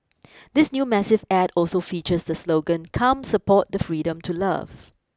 this new massive ad also features the slogan come support the freedom to love